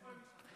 איפה הם יתחתנו?